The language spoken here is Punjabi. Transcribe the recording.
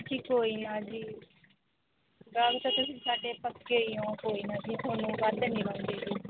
ਜੀ ਕੋਈ ਨਾ ਜੀ ਗਾਹਕ ਤਾਂ ਤੁਸੀਂ ਸਾਡੇ ਪੱਕੇ ਹੀ ਹੋ ਕੋਈ ਨਾ ਜੀ ਤੁਹਾਨੂੰ ਵੱਧ ਨਹੀਂ ਲਗਾਉਂਦੇ ਜੀ